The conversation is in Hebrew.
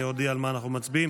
אני אודיע על מה אנחנו מצביעים: